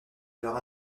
alors